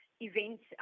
events